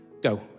go